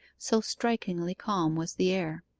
so strikingly calm was the air.